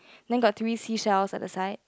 then got three sea shell at the side